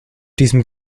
diesem